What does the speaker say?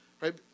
right